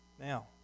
Now